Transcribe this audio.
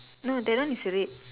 no that one is red